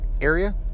area